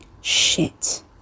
Shit